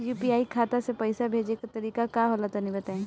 UPI खाता से पइसा भेजे के तरीका का होला तनि बताईं?